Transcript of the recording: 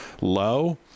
low